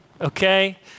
okay